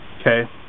okay